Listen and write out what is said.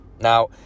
Now